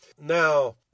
Now